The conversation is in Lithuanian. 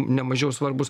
nemažiau svarbūs